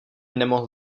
nemohl